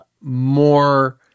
more